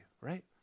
right